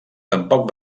tampoc